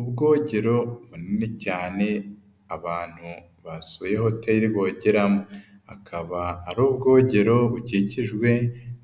Ubwogero bunini cyane abantu basuye hoteli bogeramo, akaba ari ubwogero bukikijwe